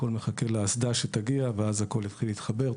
הכול מחכה לאסדה שתגיע ואז הכול יתחיל להתחבר.